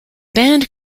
band